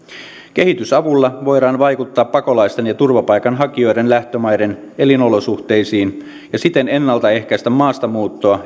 kehitysavulla voidaan vaikuttaa pakolaisten ja turvapaikanhakijoiden lähtömaiden elinolosuhteisiin ja siten ennaltaehkäistä maastamuuttoa